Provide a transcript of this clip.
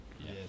Yes